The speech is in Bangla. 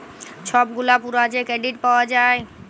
ছব গুলা পুরা যে কেরডিট পাউয়া যায়